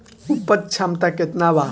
उपज क्षमता केतना वा?